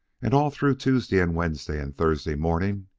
and all through tuesday and wednesday, and thursday morning,